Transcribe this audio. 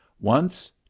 Once